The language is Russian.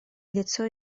лицо